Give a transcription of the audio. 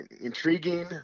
intriguing